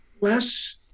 less